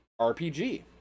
RPG